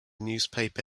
newspaper